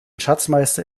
schatzmeister